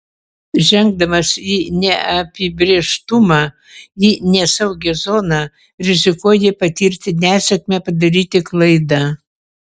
žengdamas į neapibrėžtumą į nesaugią zoną rizikuoji patirti nesėkmę padaryti klaidą